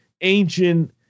ancient